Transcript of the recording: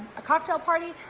a cocktail party,